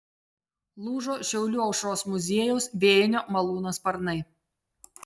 lūžo šiaulių aušros muziejaus vėjinio malūno sparnai